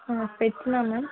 ஆ ஸ்பெக்ஸ்ன்னால் மேம்